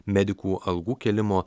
medikų algų kėlimo